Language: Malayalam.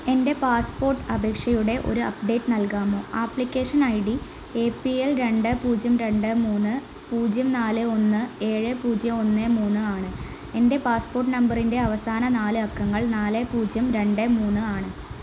എൻ്റെ പാസ്പോർട്ട് അപേക്ഷയുടെ ഒരു അപ്ഡേറ്റ് നൽകാമോ application I D A P L രണ്ട് പൂജ്യം രണ്ട് മൂന്ന് പൂജ്യം നാല് ഒന്ന് ഏഴേ പൂജ്യം ഒന്ന് മൂന്ന് ആണ് എൻ്റെ പാസ്പോർട്ട് നമ്പറിൻ്റെ അവസാന നാല് അക്കങ്ങൾ നാല് പൂജ്യം രണ്ട് മൂന്ന് ആണ്